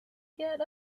get